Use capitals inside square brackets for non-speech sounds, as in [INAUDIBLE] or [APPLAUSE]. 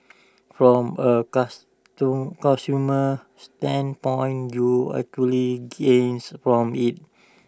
from A [UNINTELLIGIBLE] consumer standpoint you actually gains from IT